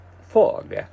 fog